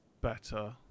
better